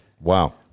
Wow